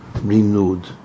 renewed